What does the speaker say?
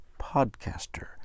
podcaster